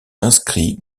inscrit